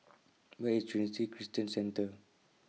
Where IS Trinity Christian Center